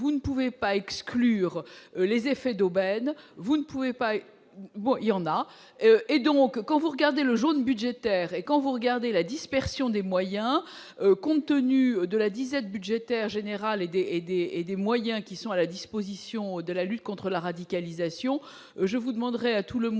vous ne pouvez pas exclure les effets d'aubaine, vous ne pouvez pas bon, il y en a et donc, quand vous regardez le jaune budgétaire et quand vous regardez la dispersion des moyens, compte tenu de la disette budgétaire général aider aidés et des moyens qui sont à la disposition de la lutte contre la radicalisation je vous demanderai à tout le moins